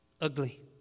ugly